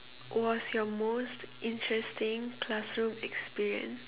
was your most interesting classroom experience